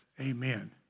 amen